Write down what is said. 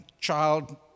child